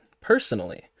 personally